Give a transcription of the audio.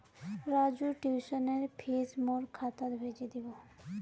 राजूर ट्यूशनेर फीस मोर खातात भेजे दीबो